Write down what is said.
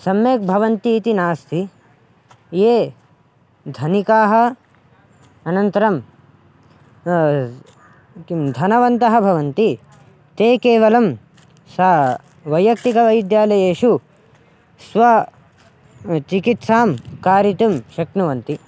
सम्यक् भवन्तीति नास्ति ये धनिकाः अनन्तरं किं धनवन्तः भवन्ति ते केवलं सा वैयक्तिकवैद्यालयेषु स्व चिकित्सां कारयितुं शक्नुवन्ति